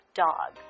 dog